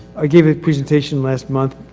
i gave a presentation last month,